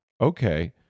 okay